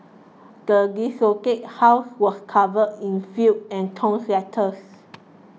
the desolated house was covered in filth and torn letters